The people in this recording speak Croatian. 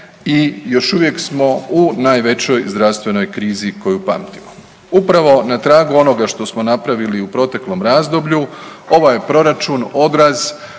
i još uvijek smo u najvećoj zdravstvenoj krizi koju pamtimo. Upravo na tragu onoga što smo napravili u proteklom razdoblju ovaj je proračun odraz